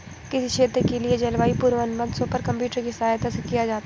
किसी क्षेत्र के लिए जलवायु पूर्वानुमान सुपर कंप्यूटर की सहायता से किया जाता है